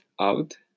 out